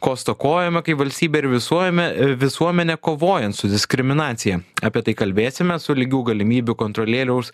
ko stokojama kai valstybė ir visuome visuomenė kovoja su diskriminacija apie tai kalbėsime su lygių galimybių kontrolieriaus